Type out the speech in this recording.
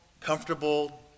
comfortable